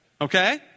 Okay